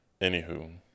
anywho